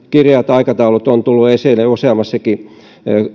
kireät aikataulut ovat tulleet esille useammassakin